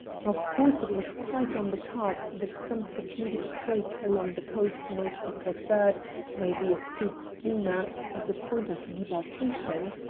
of course it was quite on the cards that some secluded creek along the coast might be preferred by the astute schemer as a point of debarkation,